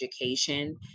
education